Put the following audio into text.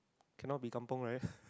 cannot be kampung right